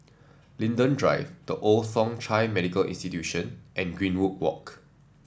Linden Drive The Old Thong Chai Medical Institution and Greenwood Walk